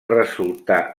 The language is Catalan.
resultar